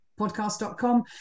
podcast.com